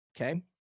okay